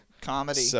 comedy